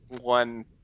one